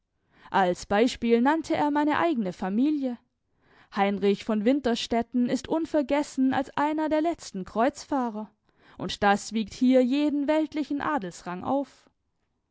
als beispiel nannte er meine eigene familie heinrich von winterstetten ist unvergessen als einer der letzten kreuzfahrer und das wiegt hier jeden weltlichen adelsrang auf